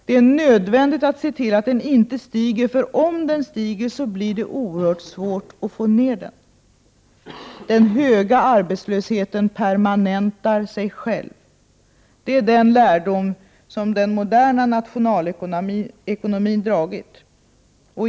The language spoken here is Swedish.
Det är nödvändigt att se till att den inte stiger — för om den stiger, så blir det oerhört svårt att få ned den. Den höga arbetslösheten permanentar sig själv — det är den lärdom som den moderna nationalekonomin dragit.